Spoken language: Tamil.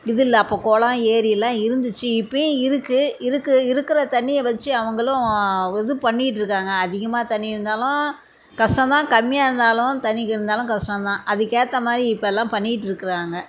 இது இல்லை அப்போ குளம் ஏரியெல்லாம் இருந்துச்சு இப்போயும் இருக்கது இருக்குது இருக்கிற தண்ணியை வச்சி அவங்களும் இது பண்ணிட்டு இருக்காங்க அதிகமாக தண்ணி இருந்தாலும் கஷ்டம்தான் கம்மியாக இருந்தாலும் தண்ணி குறைஞ்சாலும் கஷ்டம்தான் அதுக்கு ஏற்ற மாதிரி இப்போ எல்லாம் பண்ணிக்கிட்டு இருக்கிறாங்க